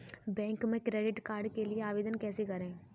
Bank में credit card के लिए आवेदन कैसे करें?